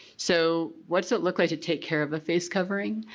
so what's it look like to take care of a face covering?